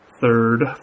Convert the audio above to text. third